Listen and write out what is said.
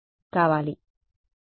విద్యార్థి మేము చేసే మంచి సిద్ధాంతం